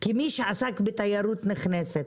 מי שעסק בתיירות נכנסת,